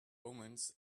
omens